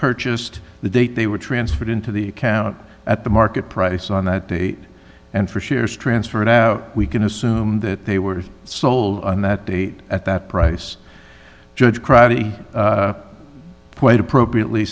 purchased the date they were transferred into the account at the market price on that date and for shares transfer now we can assume that they were sold on that date at that price judge crowdy quite appropriately